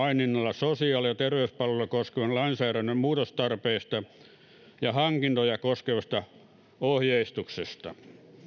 sosiaali ja terveyspalveluita koskevan lainsäädännön muutostarpeista ja hankintoja koskevasta ohjeistuksesta